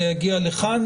זה יגיע לכאן.